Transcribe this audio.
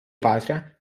patria